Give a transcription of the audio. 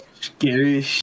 Scary